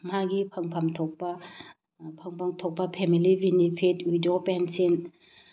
ꯃꯥꯒꯤ ꯐꯪꯐꯝ ꯊꯣꯛꯄ ꯐꯪꯐꯝ ꯊꯣꯛꯄ ꯐꯦꯃꯤꯂꯤ ꯕꯤꯅꯤꯐꯤꯠ ꯋꯤꯗꯣ ꯄꯦꯟꯁꯤꯟ